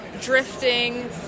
drifting